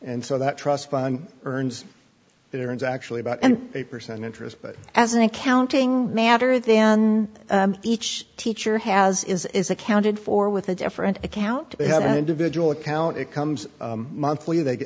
and so that trust fund earns there is actually about and eight percent interest but as an accounting matter then each teacher has is accounted for with a different account they have an individual account it comes monthly they